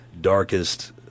darkest